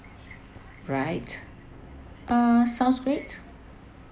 right uh sounds great